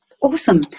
awesome